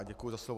Děkuji za slovo.